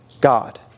God